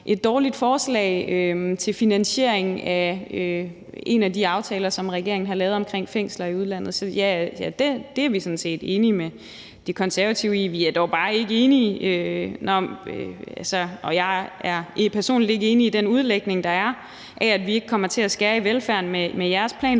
et dårligt forslag til finansiering af en af de aftaler, som regeringen har lavet, om fængsler i udlandet. Så det er vi sådan set enige med De Konservative i. Vi er dog bare ikke enige i – og jeg er personligt ikke enig i – den udlægning, der er, nemlig at vi ikke kommer til at skære ned på velfærden med jeres plan, for